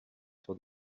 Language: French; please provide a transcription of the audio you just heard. sur